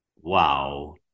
wow